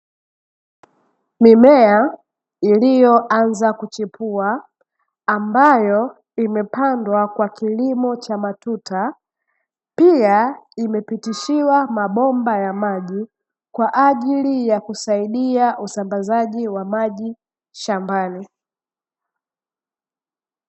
Mimea iliyoanza kuchipua, ambayo imepandwa kwa kilimo cha matuta, pia imepitishiwa mabomba ya maji, kwa ajili ya kusaidia usambazaji wa maji shambani.